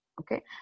Okay